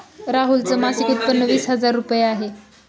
राहुल च मासिक उत्पन्न वीस हजार रुपये आहे